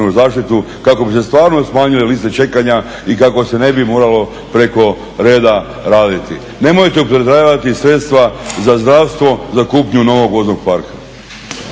zaštitu kako bi se stvarno smanjile liste čekanja i kako se ne bi moglo preko reda raditi. Nemojte upotrebljavati sredstva za zdravstvo za kupnju novog voznog parka.